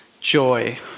Joy